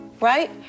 right